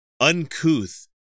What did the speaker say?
uncouth